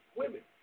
women